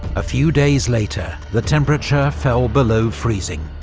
a few days later, the temperature fell below freezing.